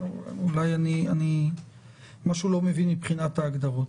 זה לא נטל.